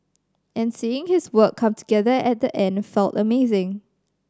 and seeing his work come together at the end felt amazing